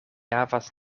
havas